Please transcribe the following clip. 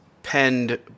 penned